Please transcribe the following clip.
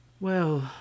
Well